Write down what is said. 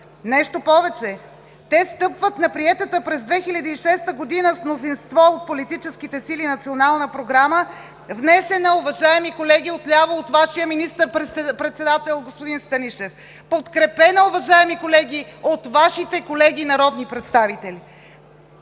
Нещо повече, те стъпват на приетата през 2006 г. с мнозинство от политическите сили Национална програма, внесена, уважаеми колеги отляво, от Вашия министър-председател господин Станишев, подкрепена, уважаеми колеги, от Вашите колеги народни представители!